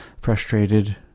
frustrated